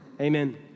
Amen